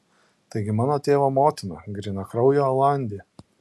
taigi mano tėvo motina grynakraujė olandė